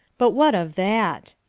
but what of that?